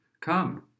Come